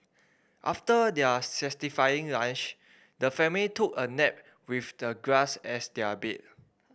after their satisfying lunch the family took a nap with the grass as their bed